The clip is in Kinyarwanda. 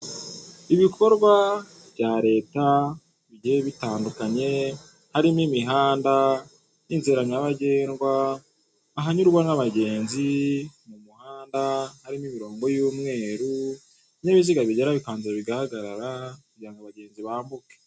Ibikorwa bya reta bigiye bitandukanye harimo imihanda, inzira nyabagendwa ahanyurwa nk'abagenzi mu muhanda harimo imirongo y'umweru ibinyabiziga bigera bikabanza bigahagarara kugira ngo abagenzi bambuke.